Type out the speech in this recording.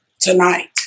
Tonight